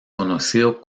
conocido